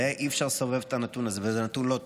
ואי-אפשר לסובב את הנתון, וזה נתון לא טוב.